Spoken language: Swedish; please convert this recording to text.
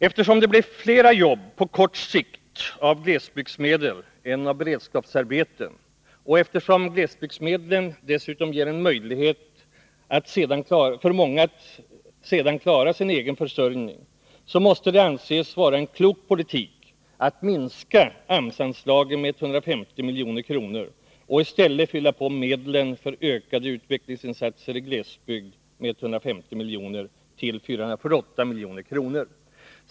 Eftersom det blir fler jobb på kort sikt av glesbygdsmedel än av beredskapsarbeten och eftersom glesbygdsmedlen dessutom ger många en möjlighet att sedan klara sin egen försörjning, måste det anses vara en klok politik att minska AMS-anslagen med 150 milj.kr. och i stället fylla på medlen för ökade utvecklingsinsatser i glesbygd med 150 milj.kr. till 448,25 milj.kr.